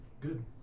good